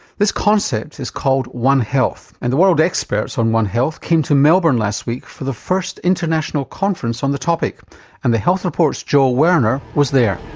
this concept is called one health and the world experts on one health came to melbourne last week for the first international conference on the topic and the health report's joel werner was there.